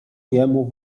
jemu